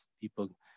people